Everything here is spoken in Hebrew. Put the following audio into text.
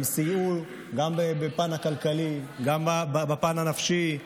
הם סייעו גם בפן הכלכלי, גם בפן הנפשי,